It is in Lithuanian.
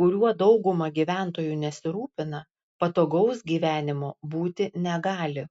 kuriuo dauguma gyventojų nesirūpina patogaus gyvenimo būti negali